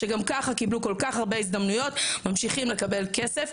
שגם ככה קיבלו כל כך הרבה הזדמנויות ממשיכים לקבל כסף,